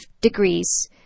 degrees